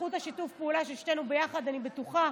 בזכות שיתוף הפעולה של שתינו ביחד אני בטוחה